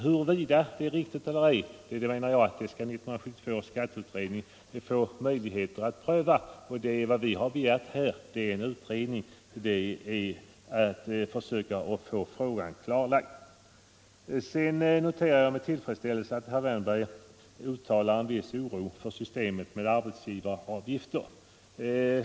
Huruvida detta är riktigt eller ej menar jag att 1972 års skatteutredning skall få möjlighet att pröva; vad vi har begärt här är en utredning för att försöka få frågan klarlagd. Jag noterar med tillfredsställelse att herr Wärnberg uttalar en viss oro för systemet med arbetsgivaravgifter.